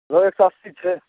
रोहु एक सओ अस्सी छै